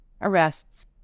arrests